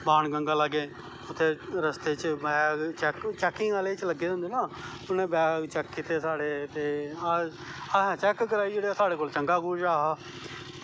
बान गंगा लाग्गै उत्थें रस्ते च चैकिंग आह्ले लग्गे दे होंदे ते उनें वैग चैक्क कीते साढ़े ते असैं चैक्क कराई ओड़े साढ़े कोल चंगा कुछ ऐहा हा